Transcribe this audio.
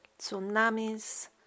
tsunamis